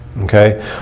Okay